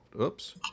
Oops